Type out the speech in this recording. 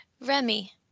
Remy